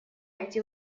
эти